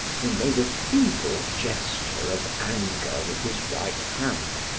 he made a feeble gesture of anger with his right hand,